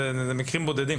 זה מקרים בודדים.